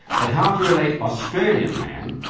but how to relate australian man,